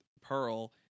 Pearl